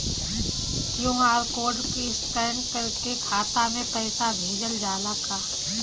QR code scan करके खाता में पैसा भेजल जाला का?